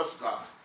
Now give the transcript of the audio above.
God